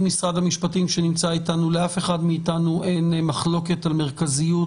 משרד המשפטים שנמצא אתנו לאף אחד מאתנו אין מחלוקת על מרכזיות